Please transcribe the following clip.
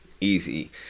Easy